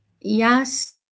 Yes